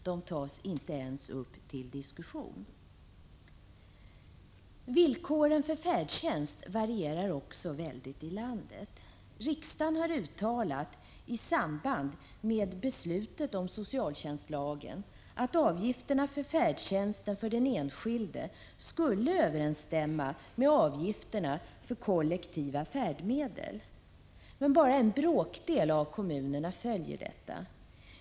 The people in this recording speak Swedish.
De tas inte ens upp till diskussion. Villkoren för färdtjänst varierar också mycket i landet. Riksdagen har i samband med beslutet om socialtjänstlagen uttalat att avgifterna för färdtjänsten för den enskilde skall överensstämma med avgifterna för kollektiva färdmedel. Men bara en bråkdel av kommunerna följer detta.